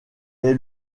est